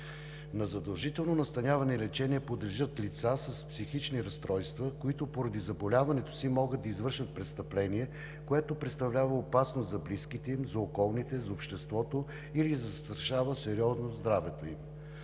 На задължително настаняване и лечение подлежат лица с психични разстройства, които поради заболяването си могат да извършат престъпление, което представлява опасност за близките им, за околните, за обществото или застрашава сериозно здравето им.